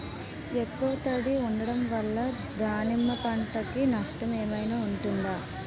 ఎక్కువ తడి ఉండడం వల్ల దానిమ్మ పంట కి నష్టం ఏమైనా ఉంటుందా?